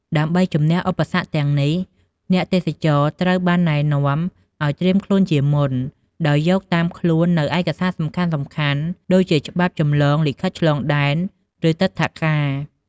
ដើម្បីជម្នះឧបសគ្គទាំងនេះ អ្នកទេសចរត្រូវបានណែនាំ ឲ្យត្រៀមខ្លួនជាមុន ដោយយកតាមខ្លួននូវឯកសារសំខាន់ៗ ដូចជាច្បាប់ចម្លងលិខិតឆ្លងដែន ឬទិដ្ឋាការ។